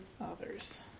others